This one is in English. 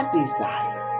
desire